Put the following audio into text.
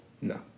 No